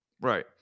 Right